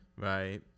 right